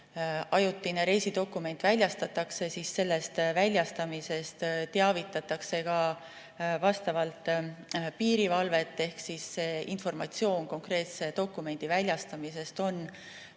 ajutine reisidokument väljastatakse, siis sellest väljastamisest teavitatakse piirivalvet. Ehk informatsioon konkreetse dokumendi väljastamisest on